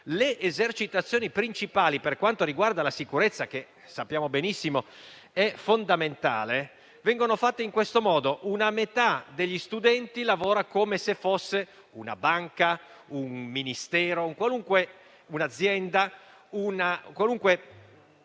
le esercitazioni principali per quanto riguarda la sicurezza, che - come sappiamo benissimo - è fondamentale, vengono fatte nel modo seguente: metà degli studenti lavora come se fosse una banca, un Ministero, un'azienda, una